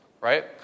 right